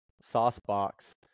Saucebox